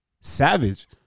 savage